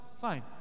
Fine